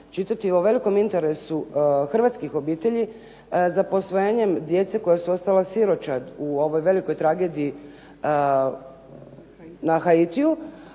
čitati o velikom interesu hrvatskih obitelji za posvojenjem djece koja su ostala siročad u ovoj velikoj tragediji na Haitiju,